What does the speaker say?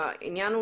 והגנת הסביבה.